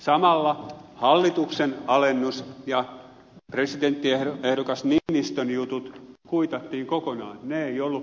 samalla hallituksen palkan alennus ja presidenttiehdokas niinistön jutut kuitattiin kokonaan ne eivät olleet populismia